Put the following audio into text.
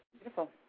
Beautiful